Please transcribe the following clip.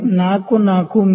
44 ಮಿ